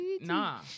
nah